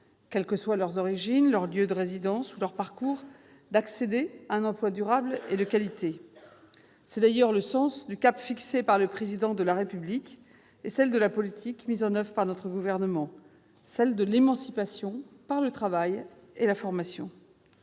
quels que soient leurs origines, leur lieu de résidence et leur parcours, d'accéder à un emploi durable et de qualité. Tel est le sens du cap fixé par le Président de la République et de la politique mise en oeuvre par notre gouvernement : l'émancipation par le travail et la formation.